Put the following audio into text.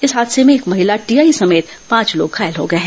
इस हादसे में एक महिला टीआई समेत पांच लोग घायल हो गए हैं